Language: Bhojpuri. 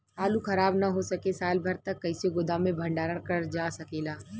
आलू खराब न हो सके साल भर तक कइसे गोदाम मे भण्डारण कर जा सकेला?